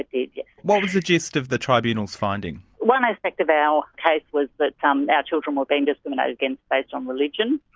it did, yes. what was the gist of the tribunal's finding? one aspect of our case was that um our children were being discriminated against based on religion,